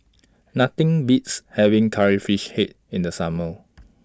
Nothing Beats having Curry Fish Head in The Summer